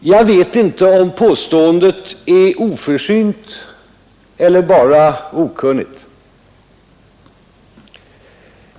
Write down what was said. Jag vet inte om påståendet är oförsynt eller bara okunnigt.